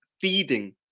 feeding